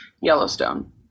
Yellowstone